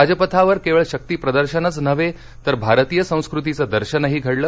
राजपथावर केवळ शक्तीप्रदर्शनच नव्हे तर भारतीय संस्कृतीचं दर्शनही घडलं